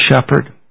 shepherd